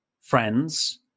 friends